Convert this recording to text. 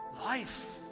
life